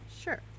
Sure